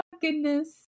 goodness